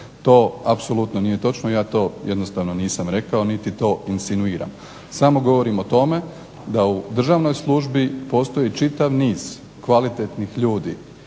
To apsolutno nije točno, ja to nisam rekao, niti to insinuiram, samo govorim o tome da u državnoj službi postoji čitav niz kvalitetnih ljudi